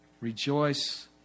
Rejoice